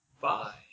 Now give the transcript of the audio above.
Bye